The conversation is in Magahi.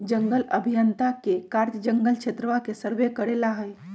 जंगल अभियंता के कार्य जंगल क्षेत्रवा के सर्वे करे ला हई